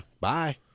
bye